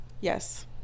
Yes